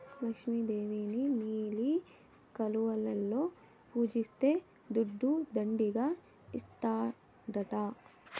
లక్ష్మి దేవిని నీలి కలువలలో పూజిస్తే దుడ్డు దండిగా ఇస్తాడట